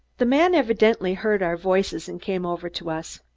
the man evidently heard our voices, and came over to us.